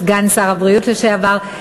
סגן שר הבריאות לשעבר,